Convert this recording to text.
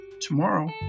tomorrow